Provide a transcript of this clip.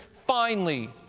finally,